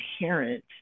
inherent